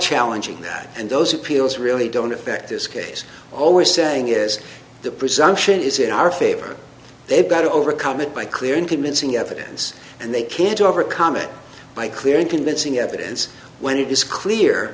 challenging and those appeals really don't affect this case always saying is the presumption is in our favor they've got to overcome it by clear and convincing evidence and they can't overcome it by clear and convincing evidence when it is clear